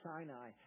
Sinai